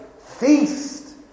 feast